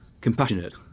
compassionate